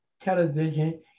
television